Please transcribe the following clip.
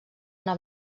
una